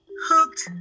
hooked